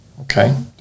Okay